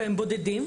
והם בודדים,